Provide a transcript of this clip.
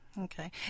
Okay